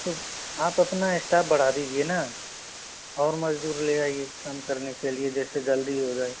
तो आप अपना स्टाफ़ बढ़ा दीजिए ना और मज़दूर ले आइए काम करने के लिए जिससे जल्दी हो जाए